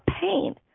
pain